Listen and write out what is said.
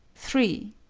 three.